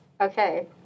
Okay